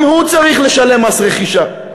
גם הוא צריך לשלם מס רכישה.